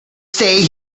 stay